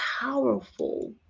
powerful